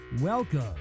Welcome